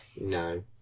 no